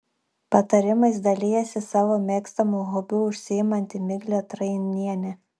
patarimais dalijasi savo mėgstamu hobiu užsiimanti miglė trainienė